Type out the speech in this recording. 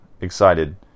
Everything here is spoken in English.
excited